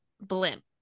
Blimp